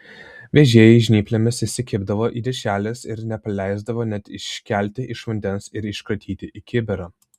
vėžiai žnyplėmis įsikibdavo į dešreles ir nepaleisdavo net iškelti iš vandens ir iškratyti į kibirą